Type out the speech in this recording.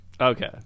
Okay